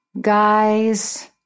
guys